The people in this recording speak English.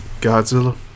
Godzilla